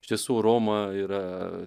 iš tiesų roma yra